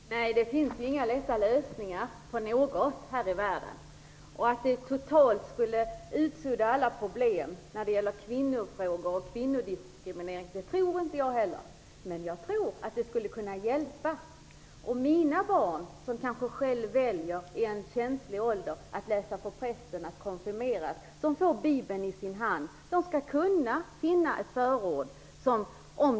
Herr talman! Det finns inga lätta lösningar på något här i världen. Att ett förord totalt skulle utsudda alla problem när det gäller kvinnofrågor och kvinnodiskriminering tror jag inte. Men jag tror att det skulle kunna hjälpa. Mina barn, som kanske i en känslig ålder själva väljer att läsa för prästen - att konfirmeras - och får Bibeln i sin hand, skall kunna finna ett förord.